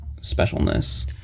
specialness